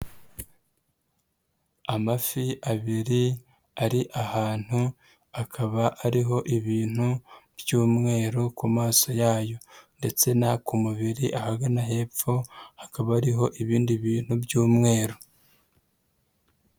Amafi abiri ari ahantu, akaba ariho ibintu by'umweru ku maso yayo. Ndetse no ku mubiri ahagana hepfo, hakaba hariho ibindi bintu by'umweru.